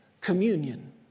communion